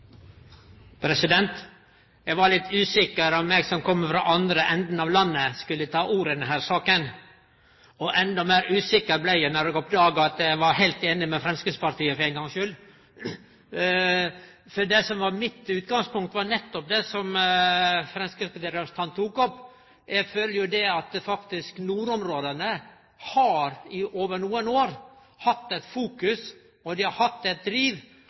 Giske? Eg var litt usikker på om eg som kjem frå den andre enden av landet, skulle ta ordet i denne saka. Endå meir usikker blei eg då eg oppdaga at eg for ein gongs skuld var heilt einig med Framstegspartiet. Det som var mitt utgangspunkt, var nettopp det som Framstegspartiets representant tok opp. Eg føler at nordområda over nokre år har vore fokuserte og hatt eit driv